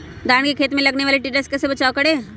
धान के खेत मे लगने वाले टिड्डा से कैसे बचाओ करें?